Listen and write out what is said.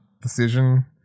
decision